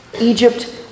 Egypt